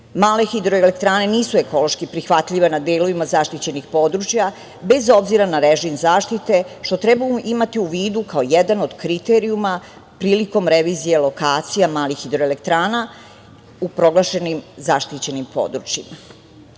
hidroelektrane nisu ekološki prihvatljive na delovima zaštićenih područja bez obzira na režim zaštite, što treba imati u vidu kao jedan od kriterijuma prilikom revizije lokacija malih hidroelektrana u proglašenim zaštićenim područjima. Mnogi